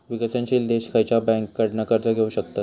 विकसनशील देश खयच्या बँकेंकडना कर्ज घेउ शकतत?